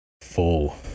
full